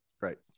Right